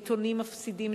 עיתונים מפסידים,